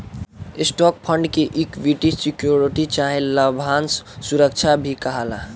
stock fund के equity security चाहे लाभांश सुरक्षा भी कहाला